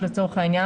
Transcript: למשל,